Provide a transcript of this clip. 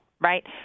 right